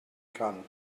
kann